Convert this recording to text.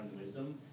wisdom